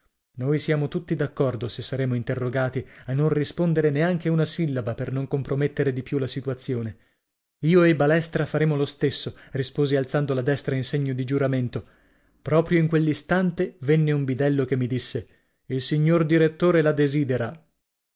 noi siamo tutti d'accordo se saremo interrogati a non rispondere neanche una sillaba per non compromettere di più la situazione io e il balestra faremo lo stesso risposi alzando la destra in segno di giuramento proprio in quell'istante venne un bidello che mi disse il signor direttore la desidera